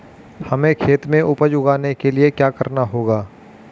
हमें खेत में उपज उगाने के लिये क्या करना होगा?